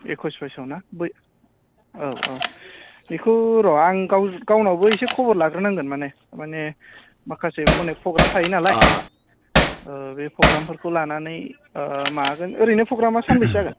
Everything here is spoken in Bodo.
एकइस बाइसावना बै औ औ बेखौ र' आं गावनावबो इसे खबर लाग्रोनांगोन माने माखासे अनेख प्रग्राम थायो नालाय ओ बे प्रग्रामफोरखौ लानानै ओ ओ माबागोन ओरैनो प्रग्रामा सानबैसे जागोन